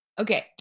Okay